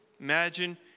Imagine